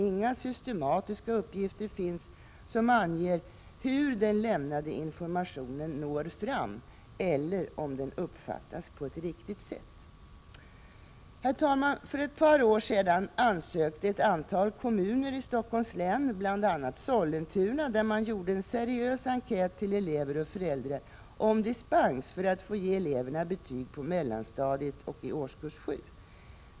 Inga systematiska uppgifter finns som anger hur den lämnade informationen når fram eller om den uppfattas på ett riktigt sätt. Herr talman! För ett par år sedan ansökte ett antal kommuner i Stockholms län — bl.a. Sollentuna, där man gjorde en seriös enkät bland elever och föräldrar — om dispens för att få ge eleverna betyg på mellanstadiet och i årskurs 7.